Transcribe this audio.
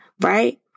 right